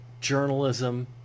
journalism